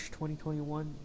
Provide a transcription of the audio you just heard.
2021